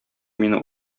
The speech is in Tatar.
мине